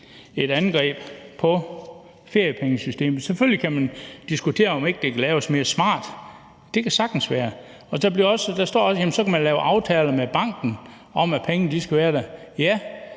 et angreb på feriepengesystemet. Selvfølgelig kan man diskutere, om ikke det kan laves mere smart. Det kan sagtens være. Der står også, at man så kan lave aftaler med banken om, at pengene skal være der.